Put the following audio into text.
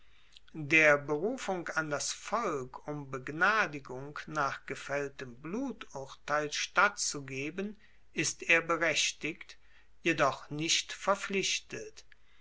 der berufung an das volk um begnadigung nach gefaelltem bluturteil stattzugeben ist er berechtigt jedoch nicht verpflichtet